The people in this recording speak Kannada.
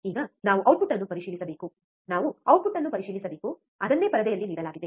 ಈಗ ನಾವು ಔಟ್ಪುಟ್ ಅನ್ನು ಪರಿಶೀಲಿಸಬೇಕು ನಾವು ಔಟ್ಪುಟ್ ಅನ್ನು ಪರಿಶೀಲಿಸಬೇಕು ಅದನ್ನೇ ಪರದೆಯಲ್ಲಿ ನೀಡಲಾಗಿದೆ